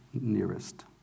nearest